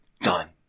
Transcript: Done